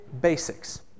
Basics